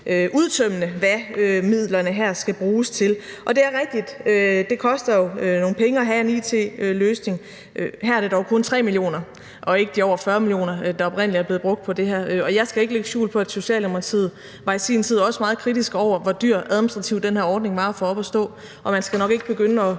udtømmende, hvad midlerne her skal bruges til. Og det er rigtigt, at det jo koster nogle penge at have en it-løsning – her er det dog kun 3 mio. kr. og ikke de over 40 mio. kr., der oprindelig er blevet brugt på det her. Jeg skal ikke lægge skjul på, at Socialdemokratiet i sin tid var meget kritisk over for, hvor dyr den her ordning rent administrativt var at få op at stå, og man skal nok ikke begynde at